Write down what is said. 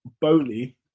Bowley